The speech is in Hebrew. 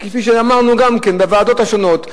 וכפי שאמרנו גם בוועדות השונות,